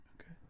Okay